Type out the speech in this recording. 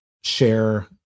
share